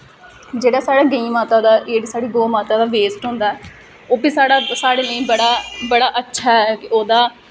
जेह्ड़ा साढ़ा गंई माता दा गौऽ माता दा वेस्ट होंदा ऐ ओह् बी साढ़ा साढ़े लेई बड़ा अच्छा ऐ ओह्दा